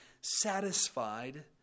satisfied